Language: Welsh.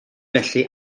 felly